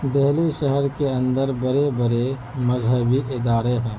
دہلی شہر کے اندر بڑے بڑے مذہبی ادارے ہیں